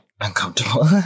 Uncomfortable